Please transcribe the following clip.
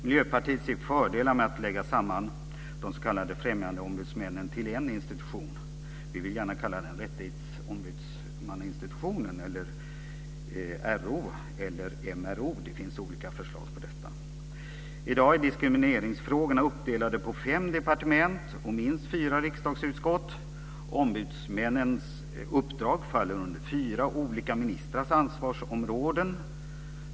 Miljöpartiet ser fördelar med att lägga samman de s.k. främjandeombudsmännen till en institution. Vi vill gärna kalla den rättighetsombudsmannainstitutionen, RO eller MRO. Det finns olika förslag på detta. I dag är diskrimineringsfrågorna uppdelade på fem departement och minst fyra riksdagsutskott. Ombudsmännens uppdrag faller under fyra olika ministrars ansvarsområden.